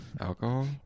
alcohol